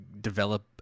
develop